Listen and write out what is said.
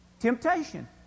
temptation